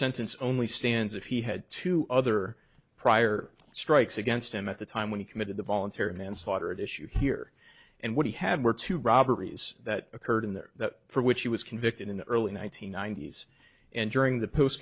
sentence only stands if he had two other prior strikes against him at the time when he committed the voluntary manslaughter at issue here and what he had were two robberies that occurred in there that for which he was convicted in the early one nine hundred ninety s and during the post